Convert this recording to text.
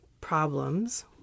problems